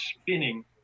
spinning